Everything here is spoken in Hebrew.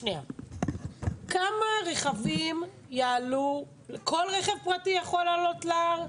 כל רכב פרטי יכול לעלות להר?